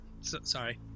Sorry